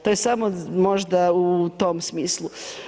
To je samo možda u tom smislu.